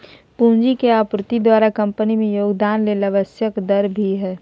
पूंजी के आपूर्ति द्वारा कंपनी में योगदान ले आवश्यक दर भी हइ